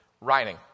writing